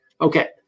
Okay